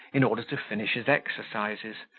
in order to finish his exercises,